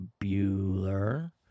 Bueller